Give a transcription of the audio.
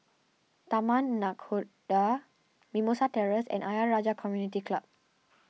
Taman Nakhoda Mimosa Terrace and Ayer Rajah Community Club